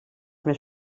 més